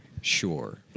sure